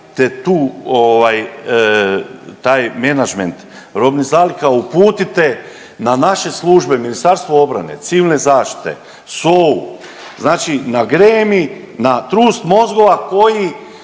ovaj, taj menadžment robnih zaliha uputite na naše službe Ministarstvo obrane, civilne zaštite, SOA-u, znači na gremij, na trust mozgova koji